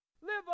Live